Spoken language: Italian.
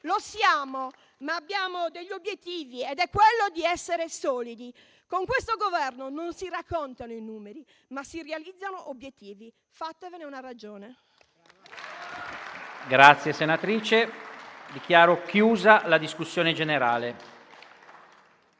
lo siamo, ma abbiamo degli obiettivi, tra cui quello di essere solidi. Con questo Governo non si raccontano numeri, ma si realizzano obiettivi: fatevene una ragione.